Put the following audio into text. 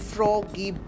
Froggy